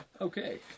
Okay